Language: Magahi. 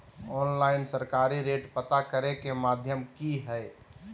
ऑनलाइन सरकारी रेट पता करे के माध्यम की हय?